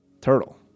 Turtle